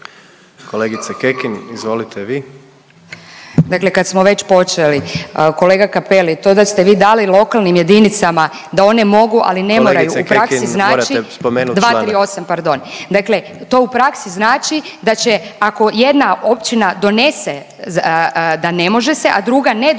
vi. **Kekin, Ivana (NL)** Dakle kad smo već počeli, kolega Cappelli, to da ste vi dali lokalnim jedinicama da one mogu, ali ne moraju u praksi znači … .../Upadica: Kolegice Kekin, morate spomenuti članak./... 238, pardon. Dakle to u praksi znači da će, ako jedna općina donese da ne može se, a druga ne donese,